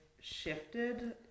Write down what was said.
shifted